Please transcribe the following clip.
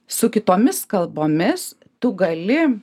su kitomis kalbomis tu gali